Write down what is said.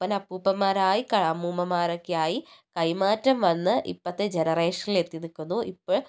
അപ്പൻ അപ്പൂപ്പന്മാരായി ക്ക അമ്മൂമ്മമാരൊക്കെയായി കൈമാറ്റം വന്ന് ഇപ്പഴത്തെ ജനറേഷനിൽ എത്തി നിൽക്കുന്നു ഇപ്പം